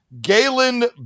Galen